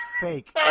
fake